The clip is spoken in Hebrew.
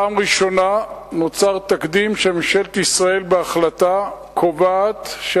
בפעם הראשונה נוצר תקדים שממשלת ישראל קובעת בהחלטה